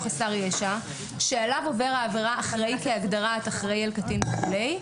חסר ישע שעליו עובר העבירה אחראי כהגדרת אחראי על קטין וכולי,